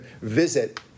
visit